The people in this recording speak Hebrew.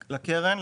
לקרן,